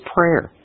Prayer